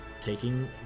taking